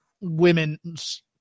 women's